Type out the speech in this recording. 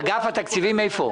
אגף התקציבים איפה?